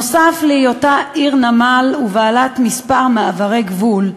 נוסף על היותה עיר נמל עם כמה מעברי גבול,